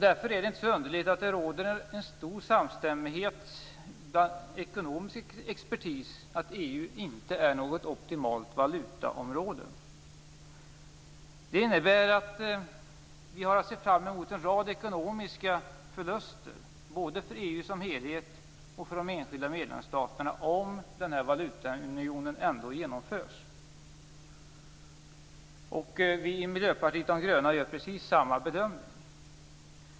Därför är det inte så underligt att det råder en stor samstämmighet bland ekonomisk expertis om att EU inte är något optimalt valutaområde. Det innebär att vi har att se fram emot en rad ekonomiska förluster både för EU som helhet och för de enskilda medlemsstaterna om valutaunionen ändå genomförs. Vi i Miljöpartiet de gröna gör precis samma bedömning.